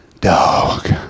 dog